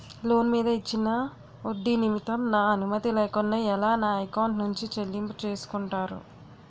Loan మీద ఇచ్చిన ఒడ్డి నిమిత్తం నా అనుమతి లేకుండా ఎలా నా ఎకౌంట్ నుంచి చెల్లింపు చేసుకుంటారు?